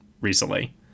recently